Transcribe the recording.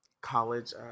college